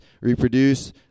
reproduce